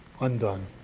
undone